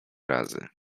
razy